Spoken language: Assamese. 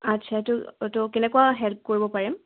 আচ্ছা এইটো তো কেনেকুৱা হেল্প কৰিব পাৰিম